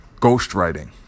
ghostwriting